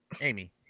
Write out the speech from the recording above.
Amy